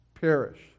perish